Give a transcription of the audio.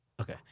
Okay